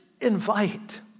invite